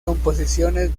composiciones